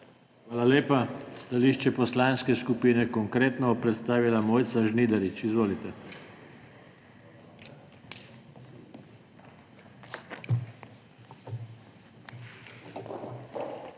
Hvala lepa. Stališče Poslanske skupine Konkretno bo predstavila Mojca Žnidarič. Izvolite. MOJCA